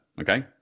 Okay